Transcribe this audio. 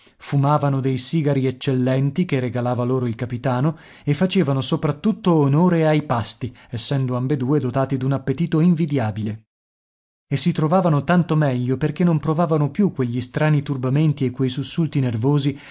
fumavano dei sigari eccellenti che regalava loro il capitano e facevano soprattutto onore ai pasti essendo ambedue dotati d'un appetito invidiabile e si trovavano tanto meglio perché non provavano più quegli strani turbamenti e quei sussulti nervosi